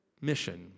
mission